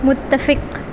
متفق